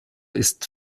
ist